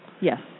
Yes